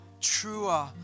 truer